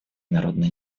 народно